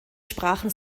sprachen